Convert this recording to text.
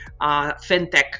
fintech